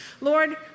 Lord